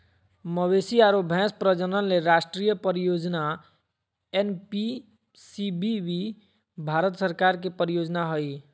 मवेशी आरो भैंस प्रजनन ले राष्ट्रीय परियोजना एनपीसीबीबी भारत सरकार के परियोजना हई